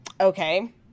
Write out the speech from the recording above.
Okay